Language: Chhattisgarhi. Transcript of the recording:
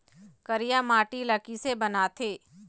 करिया माटी ला किसे बनाथे?